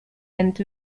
end